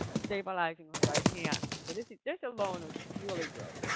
stabilizing her right hand. this this alone is really good,